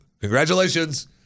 Congratulations